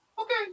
okay